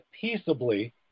peaceably